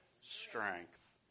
strength